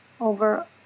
over